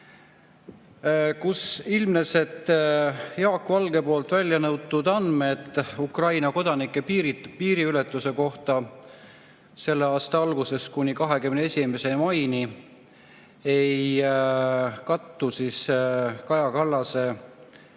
ilmnes, et Jaak Valge välja nõutud andmed Ukraina kodanike piiriületuse kohta selle aasta algusest kuni 21. maini ei kattu Kaja Kallase öelduga.